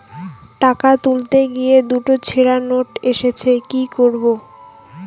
টাকা তুলতে গিয়ে দুটো ছেড়া নোট এসেছে কি করবো?